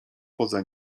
poza